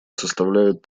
составляют